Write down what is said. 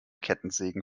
kettensägen